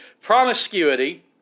promiscuity